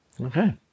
Okay